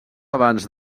abans